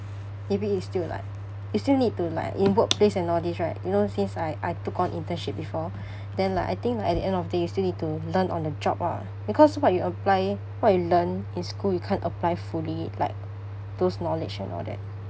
maybe it still like you still need to like in workplace and all this right you know since I I took on internship before then like I think at the end of the day you still need to learn on the job ah because what you apply what you learn in school you can't apply fully like those knowledge and all that